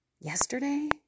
Yesterday